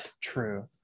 True